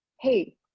hey